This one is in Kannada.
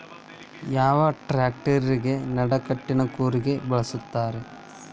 ಯಾವ ಟ್ರ್ಯಾಕ್ಟರಗೆ ನಡಕಟ್ಟಿನ ಕೂರಿಗೆ ಬಳಸುತ್ತಾರೆ?